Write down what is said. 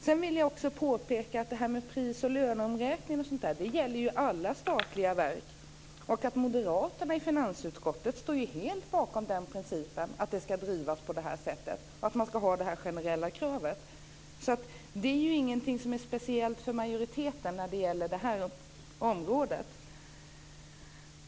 Sedan vill jag påpeka att detta med pris och löneomräkning osv. gäller alla statliga verk. Moderaterna i finansutskottet står också helt bakom principen att det ska drivas på det här sättet och att man ska ha det här generella kravet. Det är ju ingenting som är speciellt för majoriteten när det gäller det här området.